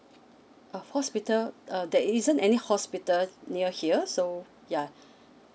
ah hospital err there isn't any hospitals near here so yeah